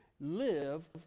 live